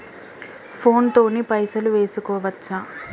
Phone తోని పైసలు వేసుకోవచ్చా?